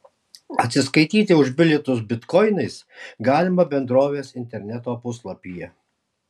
atsiskaityti už bilietus bitkoinais galima bendrovės interneto puslapyje